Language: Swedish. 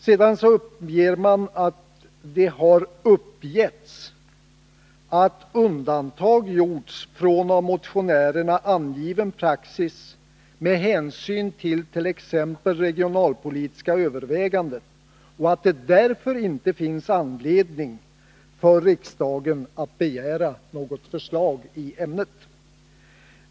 Sedan anför man att det har uppgetts att undantag gjorts från av motionärerna angiven praxis med hänsyn till t.ex. regionalpolitiska överväganden och att det därför inte finns anledning för riksdagen att begära något förslag i frågan.